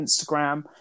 Instagram